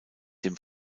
dem